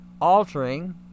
altering